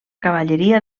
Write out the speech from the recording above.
cavalleria